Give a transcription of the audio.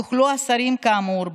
יוכלו השרים כאמור,